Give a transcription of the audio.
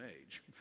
age